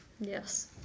Yes